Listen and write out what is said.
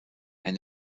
and